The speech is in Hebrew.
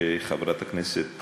שחברת הכנסת